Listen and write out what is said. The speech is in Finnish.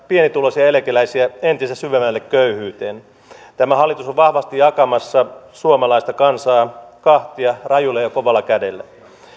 pienituloisia eläkeläisiä entistä syvemmälle köyhyyteen tämä hallitus on vahvasti jakamassa suomalaista kansaa kahtia rajulla ja kovalla kädellä